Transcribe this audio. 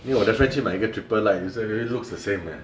因为我的 friend 去买一个 triple light then he say eh looks the same eh